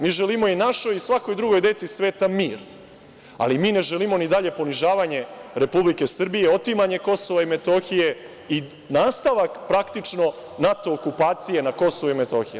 Mi želimo i našoj i svoj drugoj deci sveta mir, ali mi ne želimo ni dalje ponižavanje Republike Srbije, otimanje Kosova i Metohije i nastavak praktično NATO okupacije na Kosovu i Metohiji.